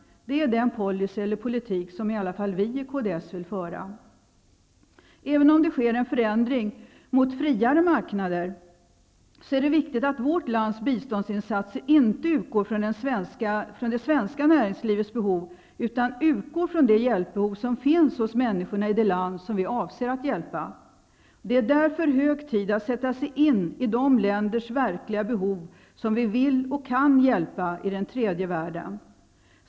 Det är den policy eller politik som i alla fall vi i kds vill föra. Även om det sker en förändring mot friare marknader, är det viktigt att vårt lands biståndsinsatser inte utgår från det svenska näringslivets behov utan utgår från det hjälpbehov som finns hos människorna i det land som vi avser att hjälpa. Det är därför hög tid att sätta sig in i de verkliga behoven i de länder som vi vill och kan hjälpa i den tredje världen.